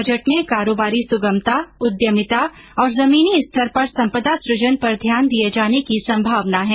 budget में कारोबारी सुगमता उद्यमिता और जमीनी स्तर पर सम्पदा सुजन पर ध्यान दिये जाने की संभावना है